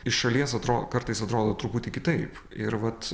iš šalies atrodo kartais atrodo truputį kitaip ir vat